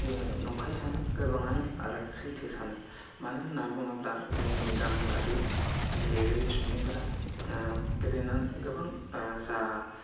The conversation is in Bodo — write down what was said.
नंखाय सानो गोबाङानो आरो सैथो सानो मानो होनना बुङोब्ला जोंनि गामियारि गेलेगिरि सुबुंफोरा गेलेनानै गोबां जा